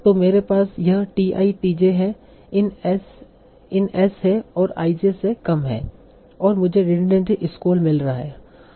तो मेरे पास यह t i t j है इन s है और i j से कम है और मुझे रिडनड़ेंसी स्कोर मिल रहा है